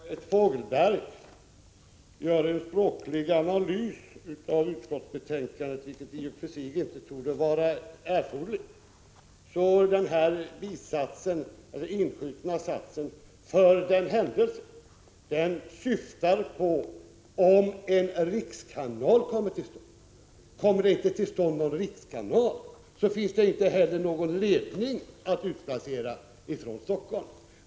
Herr talman! Om Margareta Fogelberg gör en språklig analys av utskottets 3 juni 1986 betänkande, vilket i och för sig inte torde vara erforderligt, skall hon finna att den inskjutna satsen med orden ”för den händelse” syftar på om en rikskanal kommer till stånd. Om så inte blir fallet finns det inte heller någon ledning att utlokalisera från Helsingfors.